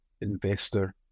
investor